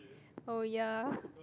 oh ya